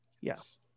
Yes